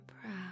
proud